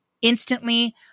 instantly